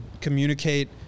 communicate –